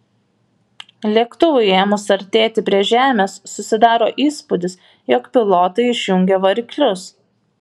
lėktuvui ėmus artėti prie žemės susidaro įspūdis jog pilotai išjungė variklius